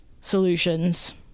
solutions